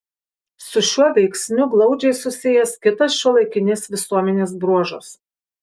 su šiuo veiksniu glaudžiai susijęs kitas šiuolaikinės visuomenės bruožas